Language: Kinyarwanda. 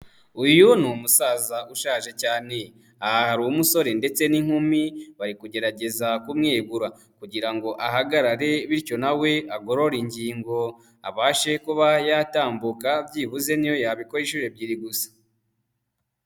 Uyu ni umusaza ushaje cyane. Aha hari umusore ndetse n'inkumi bari kugerageza kumwegura. Kugira ngo ahagarare bityo na we agorore ingingo, abashe kuba yatambuka byibuze niyo yabikora inshuro ebyiri gusa.